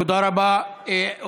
תודה רבה.